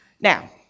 Now